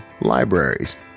libraries